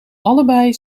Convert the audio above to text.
allebei